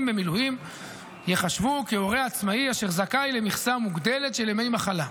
במילואים ייחשבו כהורה עצמאי אשר זכאי למכסה מוגדלת של ימי מחלה.